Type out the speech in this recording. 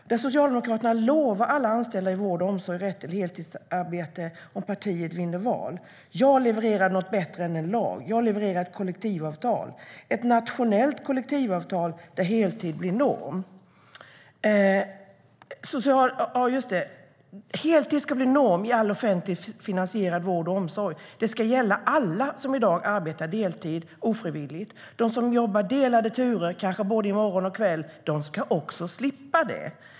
Socialdemokraterna lovar alla anställda i vård och omsorg rätt till heltidsarbete om partiet vinner valet. Löfven säger: Jag levererar något bättre än en lag. Jag levererar ett kollektivavtal, ett nationellt kollektivavtal där heltid blir norm. Heltid ska bli norm i all offentligt finansierad vård och omsorg. Det ska gälla alla som i dag ofrivilligt arbetar deltid. De som jobbar delade turer, kanske både morgon och kväll, ska slippa det.